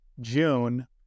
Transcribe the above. June